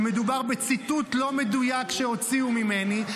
שמדובר בציטוט לא מדויק שהוציאו ממני,